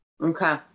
Okay